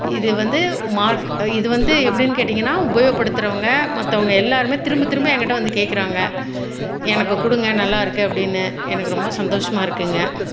இது வந்து மா இது வந்து எப்படினு கேட்டிங்கன்னா உபயோகப்படுத்துகிறவங்க மற்றவங்க எல்லாருமே திரும்ப திரும்ப ஏங்கிட்ட வந்து கேட்கறாங்க எனக்கு கொடுங்க நல்லாருக்குது அப்படினு எனக்கு ரொம்ப சந்தோஷமாக இருக்குதுங்க